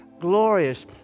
glorious